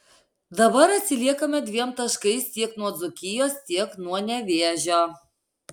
dabar atsiliekame dviem taškais tiek nuo dzūkijos tiek nuo nevėžio